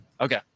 Okay